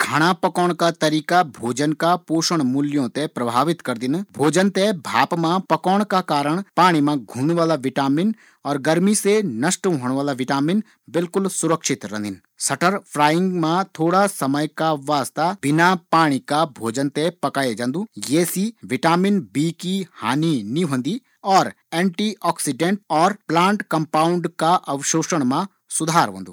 खाना पकोंण का तरीका भोजन का पोषण मूल्यों ते प्रभावित करदिन, भोजन ते भाप मा पकोंण पर वेका सभी पोषक तत्व बच्या रदिन भोजन ते ग्रिल करिक या तेल मा तली क ते भोजन का पोषक तत्व मा वसा की एक और परत चढी जांदी ज्वा शरीर का वास्ता खतरनाक ह्वे सकदी।